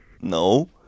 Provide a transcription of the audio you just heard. No